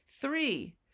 Three